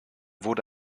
wurde